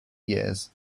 years